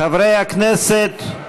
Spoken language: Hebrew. חברי הכנסת,